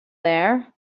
there